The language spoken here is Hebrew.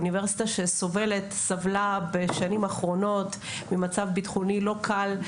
אוניברסיטה שסבלה בשנים האחרונות ממצב ביטחוני לא קל,